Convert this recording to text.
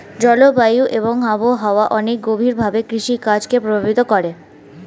জলবায়ু এবং আবহাওয়া অনেক গভীরভাবে কৃষিকাজ কে প্রভাবিত করে